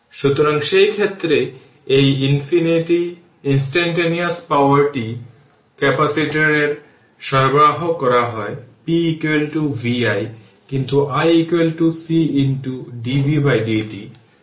সুতরাং সেই ক্ষেত্রে এই ইনস্টানটানেওয়াস পাওয়ারটি ক্যাপাসিটরে সরবরাহ করা হয় p v i কিন্তু i c dvdt